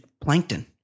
plankton